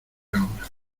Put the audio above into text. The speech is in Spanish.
ahora